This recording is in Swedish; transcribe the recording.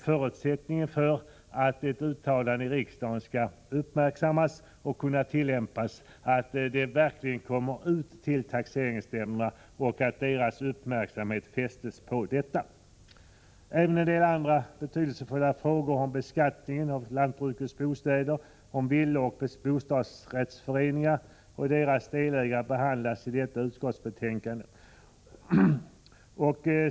Förutsättningen för att ett uttalande i riksdagen skall uppmärksammas och kunna tillämpas är ju att det verkligen kommer ut till taxeringsnämnderna och att deras uppmärksamhet fästs på det. Även en del andra betydelsefulla frågor som gäller beskattningen av lantbrukets bostäder, villor samt bostadsrättsföreningar och deras delägare behandlas i detta utskottsbetänkande.